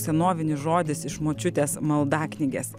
senovinis žodis iš močiutės maldaknygės